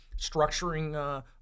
structuring